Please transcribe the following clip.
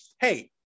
Hey